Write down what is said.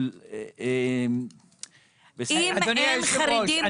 אדוני היושב-ראש,